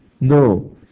No